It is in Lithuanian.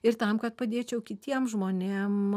ir tam kad padėčiau kitiem žmonėm